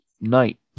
night